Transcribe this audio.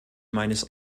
meines